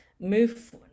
move